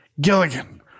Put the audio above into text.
gilligan